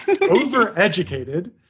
over-educated